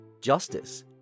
Justice